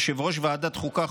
יושב-ראש ועדת חוקה,